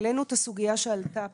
אנחנו העלינו את הסוגייה שעלתה פה,